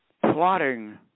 plotting